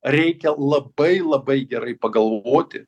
reikia labai labai gerai pagalvoti